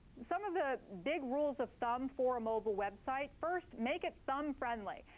some of the big rules of thumb for a mobile website, first, make it thumb-friendly.